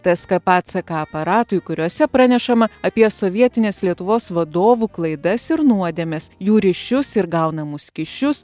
tskp ck aparatui kuriuose pranešama apie sovietinės lietuvos vadovų klaidas ir nuodėmes jų ryšius ir gaunamus kyšius